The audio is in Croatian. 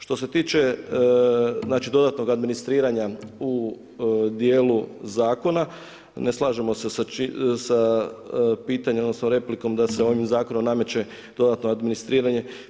Što se tiče, znači dodatnog administriranja u dijelu zakona ne slažemo se sa pitanjem, odnosno replikom da se ovim zakonom nameće dodatno administriranje.